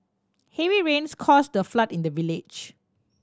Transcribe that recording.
heavy rains caused a flood in the village